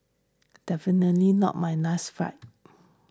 definitely not my last fight